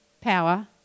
power